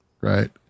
right